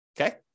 okay